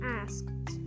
asked